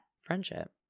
friendship